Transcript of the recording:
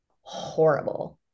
horrible